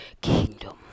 kingdom